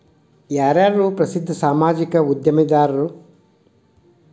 ಯಾರ್ಯಾರು ಪ್ರಸಿದ್ಧ ಸಾಮಾಜಿಕ ಉದ್ಯಮಿದಾರರು